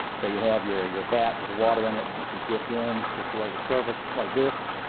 so you have your your vat with the water in it. this is dipped in just below the surface like this.